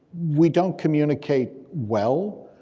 we don't communicate well